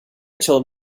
told